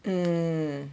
mm